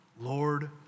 Lord